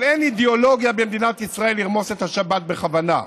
אבל אין אידיאולוגיה במדינת ישראל לרמוס את השבת בכוונה.